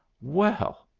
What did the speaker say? well,